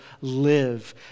live